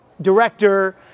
director